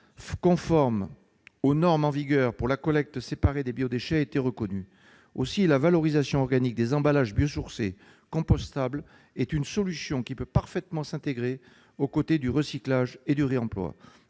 conformes aux normes en vigueur pour la collecte séparée des biodéchets a été reconnu. Aussi la valorisation organique des emballages biosourcés compostables est-elle une solution qui peut parfaitement s'intégrer aux côtés du recyclage et du réemploi.